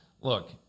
look